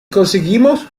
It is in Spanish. conseguimos